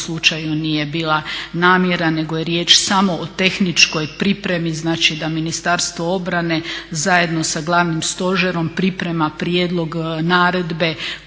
u kom slučaju nije bila namjera nego je riječ samo o tehničkoj pripremi. Znači da Ministarstvo obrane zajedno sa Glavnim stožerom priprema prijedlog naredbe koju